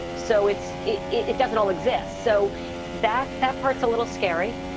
so it's it it doesn't all exist. so that that part's a little scary.